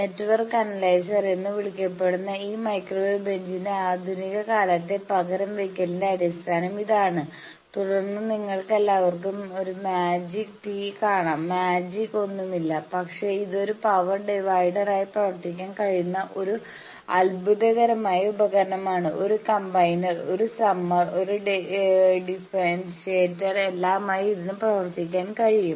network analyser എന്ന് വിളിക്കപ്പെടുന്ന ഈ മൈക്രോവേവ് ബെഞ്ചിന്റെ ആധുനിക കാലത്തെ പകരം വയ്ക്കലിന്റെ അടിസ്ഥാനം ഇതാണ് തുടർന്ന് നിങ്ങൾക്കെല്ലാവർക്കും ഒരു മാജിക് ടീ കാണാം മാജിക് ഒന്നുമില്ല പക്ഷേ ഇത് ഒരു പവർ ഡിവൈഡറായി പ്രവർത്തിക്കാൻ കഴിയുന്ന ഒരു അത്ഭുതകരമായ ഉപകരണമാണ് ഒരു കമ്പയിനർ ഒരു സമ്മർ ഒരു ഡിഫറെന്ഷിയേറ്റർ എല്ലാമായി ഇതിന് പ്രവർത്തിക്കാൻ കഴിയും